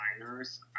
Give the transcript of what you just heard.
designers